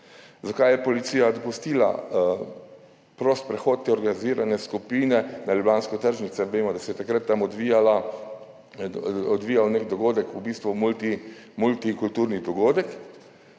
Zakaj je policija dopustila prost prehod te organizirane skupine na ljubljansko tržnico? Vemo, da se je takrat tam odvijal nek dogodek, v bistvu multikulturni dogodek.